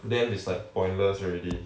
to them is like pointless already